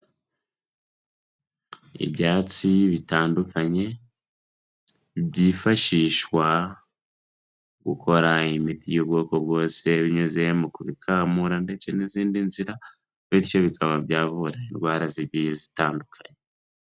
Ibyatsi bitandukanye byifashishwa gukora imiti'ubwoko bwose binyuze mukamura ndetse n'izindi nzira bityo bikaba byavura indwara zigiye zitandukanye.